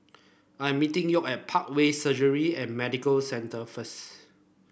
I'm meeting York at Parkway Surgery and Medical Centre first